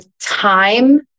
time